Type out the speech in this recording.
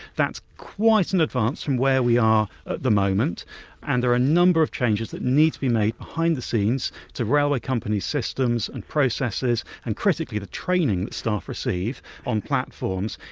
that's quite an advance from where we are at the moment and there are a number of changes that need to be made behind the scenes to railway company systems and processes and critically the training that staff receive on platforms,